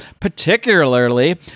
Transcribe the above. particularly